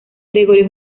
gregorio